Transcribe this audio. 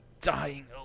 dying